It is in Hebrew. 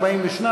42,